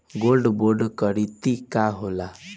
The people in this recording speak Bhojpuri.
गोल्ड बोंड करतिं का होला?